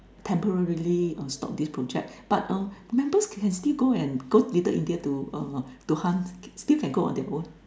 temporarily uh stopped this project but a members can still go and go Little India to uh hunt still can go on their own